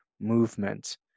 movement